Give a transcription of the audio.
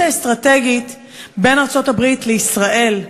האסטרטגית בין ארצות-הברית לישראל,